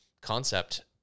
concept